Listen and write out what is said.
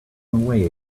away